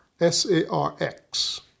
S-A-R-X